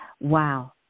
wow